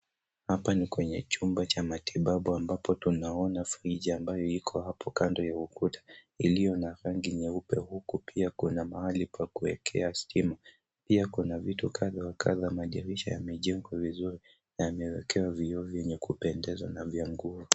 Hapa ni kwenye chumba cha matibabu ambapo tunaona friji ambayo iko hapo kando wa ukuta iliyo na rangi nyeupe huku pia kuna mahali kwa kuwekea stima. Pia kuna vitu kadha wa kadha. Madirisha yamejengwa vizuri, yamewekwa vioo vyenye kupendeza na ya nguo.